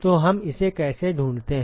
तो हम इसे कैसे ढूंढते हैं